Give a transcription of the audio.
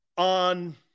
On